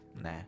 Nah